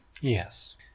Yes